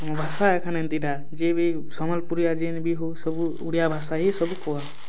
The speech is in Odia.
ଆମ ଭାଷା ଏଖାନ ଏମିତି ଟା ଯିଏ ବି ସମ୍ବଲପୁରିଆ ଜେନ୍ ବି ହଉ ସବୁ ଓଡ଼ିଆ ଭାଷା ହିଁ ସବୁ କୁହନ